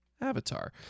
Avatar